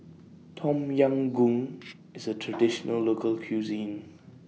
Tom Yam Goong IS A Traditional Local Cuisine